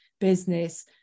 business